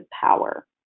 power